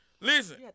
Listen